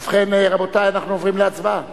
ובכן, רבותי, אנחנו עוברים להצבעה.